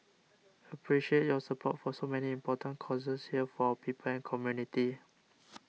appreciate your support for so many important causes here for people community